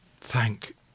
Thank